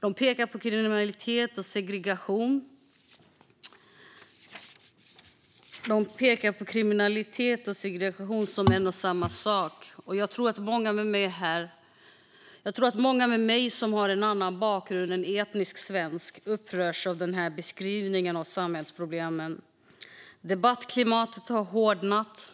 De pekar på kriminalitet och segregation som en och samma sak. Jag tror att många som liksom jag har en annan bakgrund än etnisk svensk upprörs över den här beskrivningen av samhällsproblemen. Debattklimatet har hårdnat.